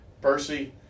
Percy